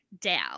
down